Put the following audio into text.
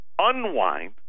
unwind